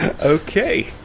Okay